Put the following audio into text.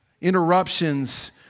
interruptions